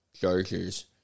Chargers